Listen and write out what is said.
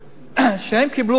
כשהם קיבלו מענק,